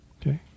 Okay